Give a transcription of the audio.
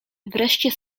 wreszcie